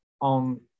on